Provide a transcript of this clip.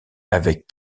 avec